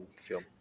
film